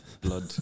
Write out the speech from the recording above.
blood